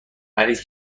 مریض